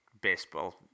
baseball